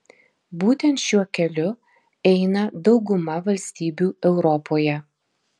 būtent šiuo keliu eina dauguma valstybių europoje